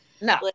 No